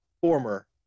former